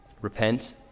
repent